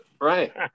Right